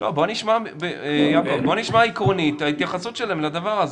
בוא נשמע עקרונית את ההתייחסות שלהם לדבר הזה